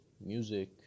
music